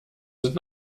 sind